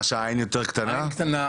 העין קטנה,